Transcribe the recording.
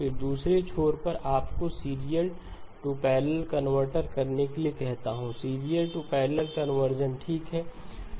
फिर दूसरे छोर पर मैं आपको सीरियल टू पैरलल कन्वर्ट करने के लिए कहता हूं सीरियल टू पैरलल कन्वर्जन ठीक है